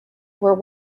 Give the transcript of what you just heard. were